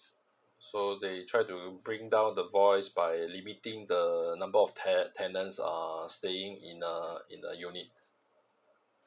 so they try to bring down the voice by limiting the number of te~ tenants uh staying in a in a unit